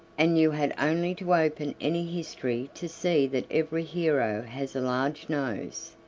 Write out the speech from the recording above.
and you had only to open any history to see that every hero has a large nose.